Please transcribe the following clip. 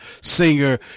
singer